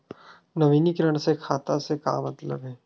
नवीनीकरण से खाता से का मतलब हे?